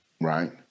Right